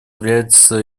является